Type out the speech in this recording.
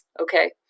Okay